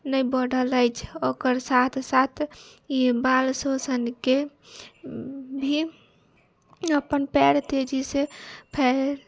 नहि बढ़ल अछि ओकर साथ साथ ई बाल शोषणके भी अपन पैर तेजी से फैल